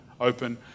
open